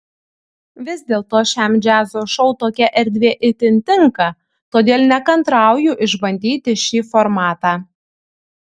vis dėlto šiam džiazo šou tokia erdvė itin tinka todėl nekantrauju išbandyti šį formatą